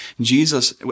Jesus